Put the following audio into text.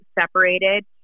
separated